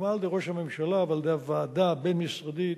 הוקמה על-ידי ראש הממשלה הוועדה הבין-משרדית,